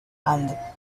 and